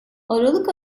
aralık